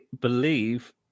believe